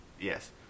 Yes